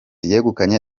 yegukanye